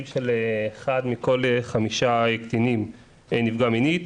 של אחד מכל חמישה קטנים נפגע מינית.